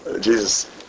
Jesus